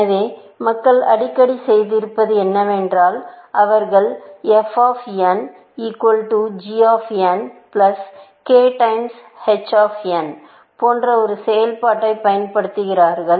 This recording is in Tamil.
எனவே மக்கள் அடிக்கடி செய்திருப்பது என்னவென்றால் அவர்கள் f of n equal to g of n plus k times h of n போன்ற ஒரு செயல்பாட்டைப் பயன்படுத்து கிறார்கள்